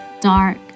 dark